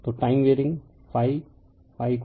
तो time varying ∅ max sin t हैं